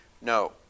no